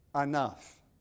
Enough